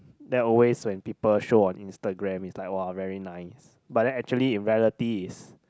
there also when people showed on Instagram is like !wah! very nice but actually in reality is